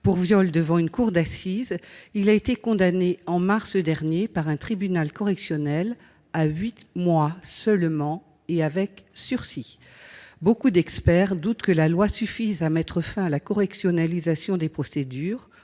pour viol devant une cour d'assises, il a été condamné, en mars dernier, par un tribunal correctionnel, à huit mois seulement, et avec sursis ! Beaucoup d'experts doutent que la loi suffise à mettre fin à la correctionnalisation des procédures,